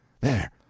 There